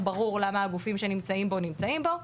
ברור למה הגופים שנמצאים בו נמצאים בו,